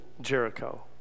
Jericho